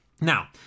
Now